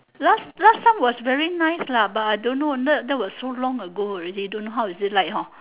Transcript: last last time was very nice lah but I don't know that that was so long ago already don't know how is it like orh